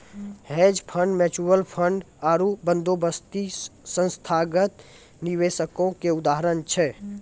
hedge fund, mutual fund आरु बंदोबस्ती संस्थागत निवेशको के उदाहरण छै